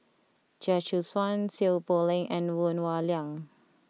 Chia Choo Suan Seow Poh Leng and Woon Wah Siang